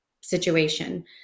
situation